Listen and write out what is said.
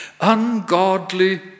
Ungodly